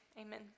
Amen